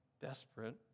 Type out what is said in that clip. desperate